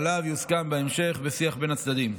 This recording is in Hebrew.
שעליו יוסכם בהמשך בשיח בין הצדדים.